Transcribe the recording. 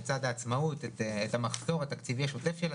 לצד העצמאות את המחסור התקציבי השוטף שלה.